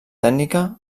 tècnica